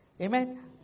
Amen